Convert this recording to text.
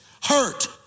hurt